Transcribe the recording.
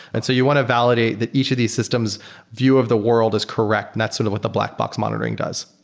and so you want to validate that each of these systems view of the world is correct, and that's sort of what the black box monitoring does